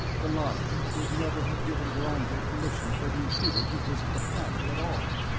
the lhari would never have given vorongil permission for the intruder to visit the planet at all.